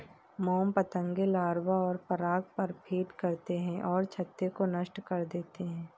मोम पतंगे लार्वा और पराग पर फ़ीड करते हैं और छत्ते को नष्ट कर देते हैं